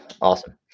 Awesome